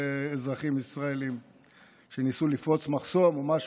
על אזרחים ישראלים שניסו לפרוץ מחסום או משהו,